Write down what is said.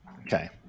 Okay